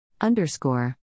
Underscore